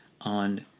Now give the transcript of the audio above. on